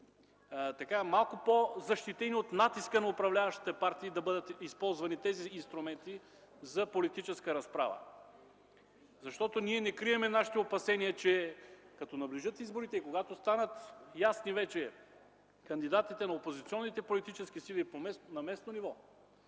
бъдат малко по-защитени от натиска на управляващите партии да бъдат използвани тези инструменти за политическа разправа, защото не крием нашите опасения, че като наближат изборите и когато станат ясни вече кандидатите на опозиционните политически сили на местно ниво,